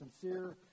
sincere